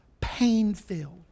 pain-filled